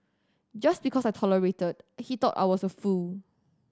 just because I tolerated he thought I was a fool